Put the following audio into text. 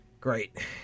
great